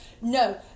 No